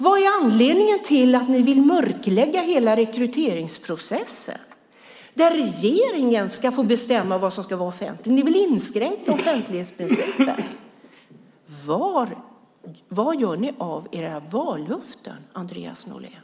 Vad är anledningen till att ni vill mörklägga hela rekryteringsprocessen där regeringen ska få bestämma vad som ska vara offentligt? Ni vill inskränka offentlighetsprincipen. Vad gör ni av era vallöften, Andreas Norlén?